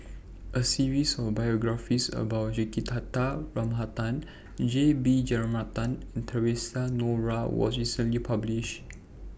A series of biographies about Juthika Ramanathan J B Jeyaretnam and Theresa Noronha was recently published